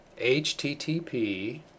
HTTP